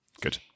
Good